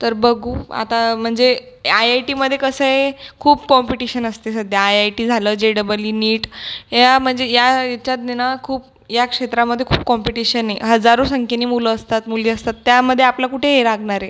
तर बघू आता म्हणजे आय आय टीमध्ये कसं आहे खूप कॉम्पिटिशन असते सध्या आय आय टी झालं जे डबल ई नीट या म्हणजे या याच्यातनं ना खूप या क्षेत्रामध्ये खूप कॉम्पिटिशन आहे हजारो संख्येने मुलं असतात मुली असतात त्यामध्ये आपला कुठे हे लागणार आहे